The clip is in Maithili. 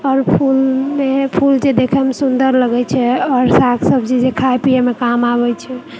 आओर फूल फूलमे जे सुन्दर देखऽमे लगैत छै आओर साग सब्जी जे खाइ पियैमे काज आबैत छै